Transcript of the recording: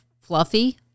fluffy